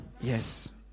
Yes